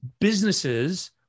businesses